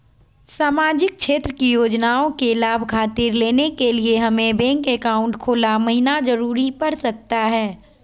सामाजिक क्षेत्र की योजनाओं के लाभ खातिर लेने के लिए हमें बैंक अकाउंट खोला महिना जरूरी पड़ सकता है?